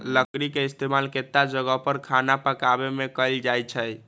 लकरी के इस्तेमाल केतता जगह पर खाना पकावे मे कएल जाई छई